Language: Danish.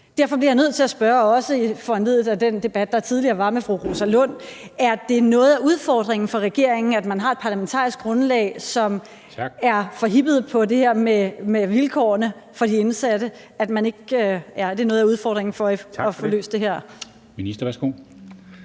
Derfor bliver jeg nødt til at spørge – også foranlediget af den debat, der tidligere var med fru Rosa Lund: Er det noget af udfordringen for regeringen, at man har et parlamentarisk grundlag, som er forhippet på det her med vilkårene for de indsatte, altså med hensyn til at få løst det her?